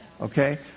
Okay